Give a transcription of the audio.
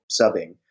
subbing